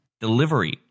delivery